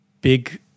big